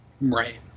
right